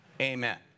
Amen